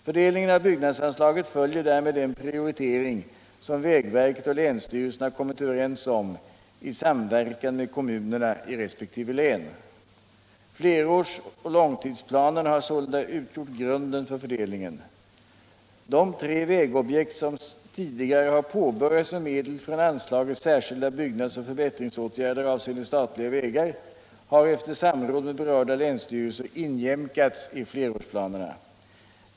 Fördelningen av byggnadsanslaget följer därmed den prioritering som vägverket och länsstyrelserna har kommit överens om i samverkan med kommunerna i resp. län. Flerårsoch långtidsplanerna har sålunda utgjort grunden för fördelningen. De tre vägobjekt som tidigare har påbörjats med medel från anslaget Särskilda byggnadsoch förbättringsåtgärder avseende statliga vägar har efter samråd med berörda länsstyrelser injämkats i flerårsplanerna.